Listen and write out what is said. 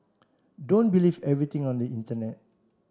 don't believe everything on the internet